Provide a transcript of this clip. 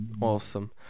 awesome